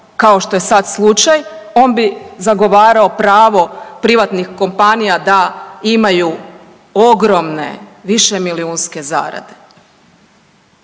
kao što je sada slučaj, on bi zagovarao pravo privatnih kompanija da imaju ogromne višemilijunske zarade.